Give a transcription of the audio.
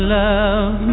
love